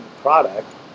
product